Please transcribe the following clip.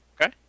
Okay